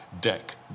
deck